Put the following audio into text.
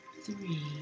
Three